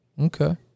Okay